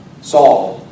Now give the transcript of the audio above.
Saul